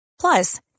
Plus